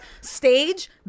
stage